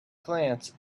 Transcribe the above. glance